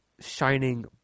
shining